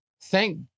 Thank